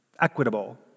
Equitable